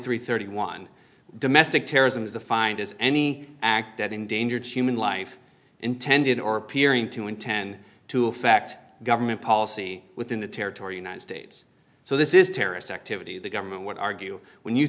and thirty one domestic terrorism is the find is any act that endangered suman life intended or appearing to intend to effect government policy within the territory united states so this is terrorist activity the government would argue when you